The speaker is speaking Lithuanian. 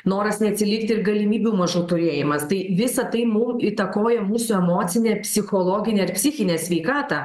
noras neatsilikti ir galimybių mažų turėjimas tai visa tai mum įtakoja mūsų emocinę psichologinę ir psichinę sveikatą